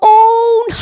own